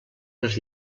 les